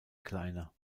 kleiner